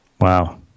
Wow